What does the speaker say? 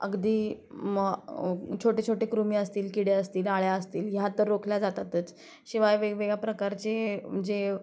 अगदी म छोटे छोटे कृमी असतील किडे असतील अळ्या असतील ह्या तर रोकल्या जातातच शिवाय वेगवेगळ्या प्रकारचे जे